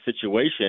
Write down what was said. situation